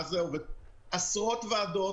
עשרות ועדות,